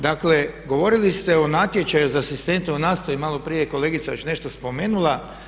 Dakle, govorili ste o natječaju za asistente u nastavi, malo prije je kolegica već nešto spomenula.